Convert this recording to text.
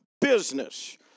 business